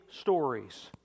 stories